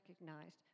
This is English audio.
recognized